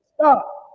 Stop